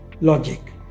logic